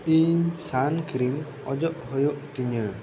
ᱤᱧ sun cream ᱚᱡᱚᱜ ᱦᱩᱭᱩᱜ ᱛᱤᱧᱟᱹ